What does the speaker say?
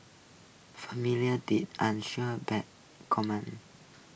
familiarity unsure paid commom